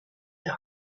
der